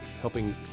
helping